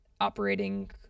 operating